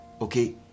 Okay